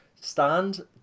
stand